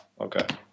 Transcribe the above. okay